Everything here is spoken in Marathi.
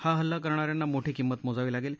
हा हल्ला करणाऱ्यांना मोठी किंमत मोजावी लागेल